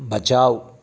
बचाओ